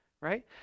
right